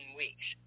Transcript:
weeks